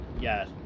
Yes